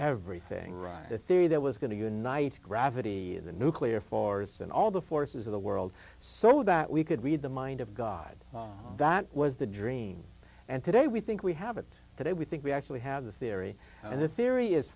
everything right a theory that was going to go night gravity is the nuclear force in all the forces of the world so that we could read the mind of god that was the dream and today we think we have it today we think we actually have the theory and the theory is